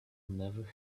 never